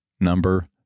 number